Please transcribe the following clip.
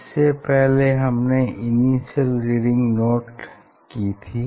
इससे पहले हमने इनिसियल रीडिंग नोट की थी